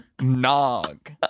nog